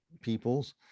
people's